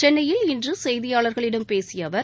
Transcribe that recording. சென்னையில் இன்று செய்தியாளர்களிடம் பேசிய அவர்